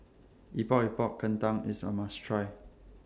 Epok Epok Kentang IS A must Try